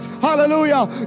hallelujah